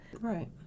Right